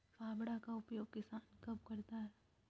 फावड़ा का उपयोग किसान कब करता है?